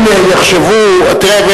אם יחשבו תראה,